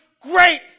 great